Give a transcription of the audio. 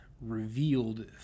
revealed